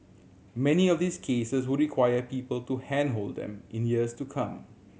many of these cases would require people to handhold them in years to come